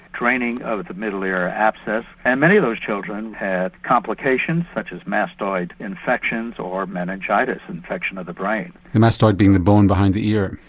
draining of the middle ear abscess and many of those children had complications such as mastoid infections of meningitis infection of the brain. the mastoid being the bone behind the ear?